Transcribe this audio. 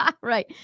Right